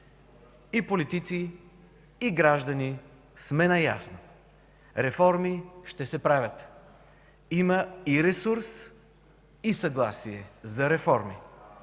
И политици, и граждани сме наясно – реформи ще се правят. Има и ресурс, и съгласие за реформи.